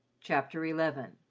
chapter eleven